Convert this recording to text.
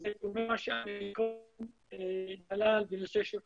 שזה דומה למה שאמר ג'לאל בנושא של 'אתגרים'